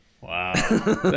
wow